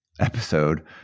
episode